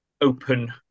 open